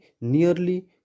nearly